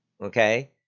Okay